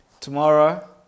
Tomorrow